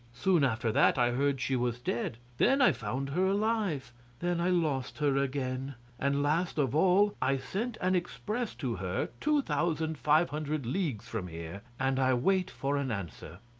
soon after that i heard she was dead then i found her alive then i lost her again and last of all, i sent an express to her two thousand five hundred leagues from here, and i wait for an answer.